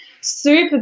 super